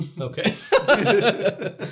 Okay